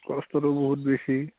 কষ্টটো বহুত বেছি